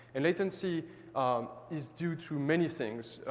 and latency is due to many things.